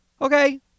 Okay